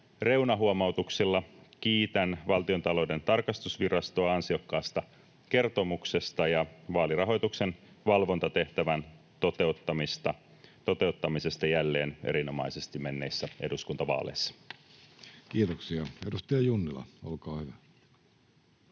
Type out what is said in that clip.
reunahuomautuksilla kiitän Valtiontalouden tarkastusvirastoa ansiokkaasta kertomuksesta ja vaalirahoituksen valvontatehtävän toteuttamisesta jälleen erinomaisesti menneissä eduskuntavaaleissa. Kiitoksia. — Edustaja Junnila, olkaa hyvä.